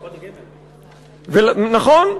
נכון.